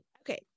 okay